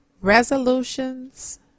resolutions